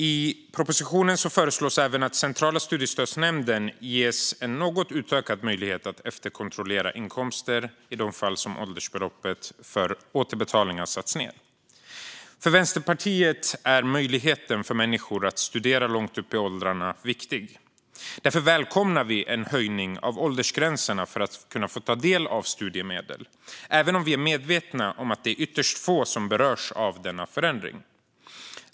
I propositionen föreslås även att Centrala studiestödsnämnden ges en något utökad möjlighet att efterkontrollera inkomster i de fall årsbeloppet för återbetalning satts ned. För Vänsterpartiet är möjligheten för människor att studera långt upp i åldrarna viktig. Därför välkomnar vi en höjning av åldersgränserna för att kunna få ta del av studiemedel, även om vi är medvetna om att det är ytterst få som berörs av denna förändring.